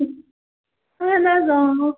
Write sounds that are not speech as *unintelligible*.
*unintelligible* اَہن حظ إں